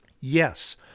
Yes